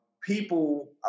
people